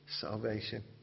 salvation